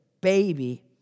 baby